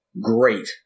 great